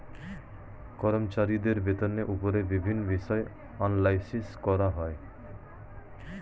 কর্মচারীদের বেতনের উপর বিভিন্ন বিষয়ে অ্যানালাইসিস করা হয়